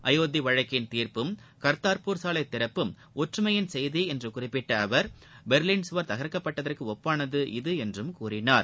அயோத்தி வழக்கின் தீர்ப்பும் கர்த்தார்பூர் சாலை திறப்பும் ஒற்றுமையின் செய்தி என்று குறிப்பிட்ட அவர் பெர்லின் சுவர் தகர்க்கப் பட்டதற்கு ஒப்பானது இது என்றும் கூறினார்